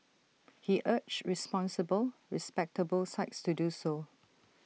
he urged responsible respectable sites to do so